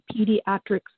pediatrics